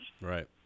Right